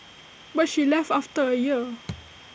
but she left after A year